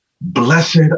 blessed